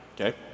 Okay